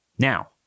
Now